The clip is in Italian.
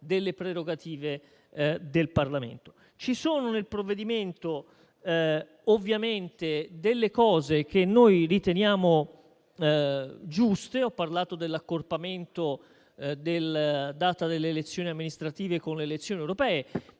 delle prerogative del Parlamento. Ci sono nel provvedimento, ovviamente, delle misure che riteniamo giuste. Ho parlato dell'accorpamento della data delle elezioni amministrative con le elezioni europee.